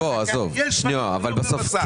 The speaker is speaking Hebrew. זה לא עובר מסך.